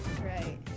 Right